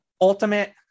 ultimate